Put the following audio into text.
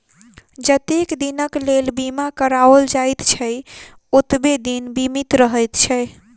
जतेक दिनक लेल बीमा कराओल जाइत छै, ओतबे दिन बीमित रहैत छै